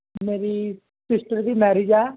ਮੇਰੀ ਸਿਸਟਰ ਦੀ ਮੈਰਿਜ ਆ